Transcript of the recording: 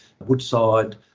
Woodside